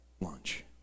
lunch